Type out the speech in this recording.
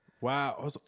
Wow